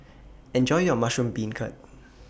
Enjoy your Mushroom Beancurd